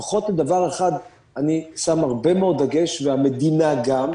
לפחות לדבר אחד אני שם הרבה מאוד דגש והמדינה גם,